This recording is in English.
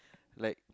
like